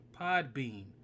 Podbean